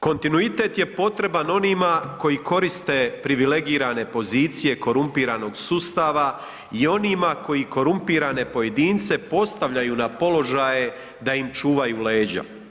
Kontinuitet je potreban onima koji koriste privilegirane pozicije korumpiranog sustava i onima koji korumpirane pojedince postavljaju na položaje da im čuvaju leđa.